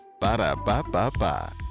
Ba-da-ba-ba-ba